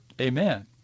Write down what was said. Amen